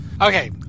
Okay